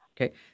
Okay